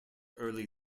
early